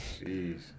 Jeez